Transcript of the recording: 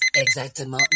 exactement